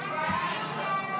גם הסתייגות זו לא